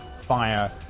fire